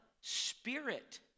Spirit